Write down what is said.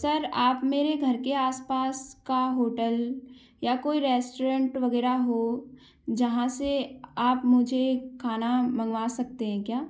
sir आप मेरे घर के आसपास का होटल या कोई रेस्टरेंट वगैरह हो जहाँ से आप मुझे खाना मँगवा सकते हैं क्या